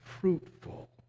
fruitful